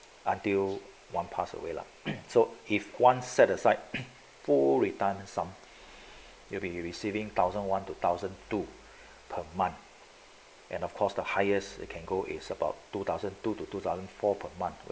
until one pass away lah so if one set aside for retirement sum you'll be receiving thousand one to thousand two per month and of course the highest can go is about two thousand two to two thousand four per month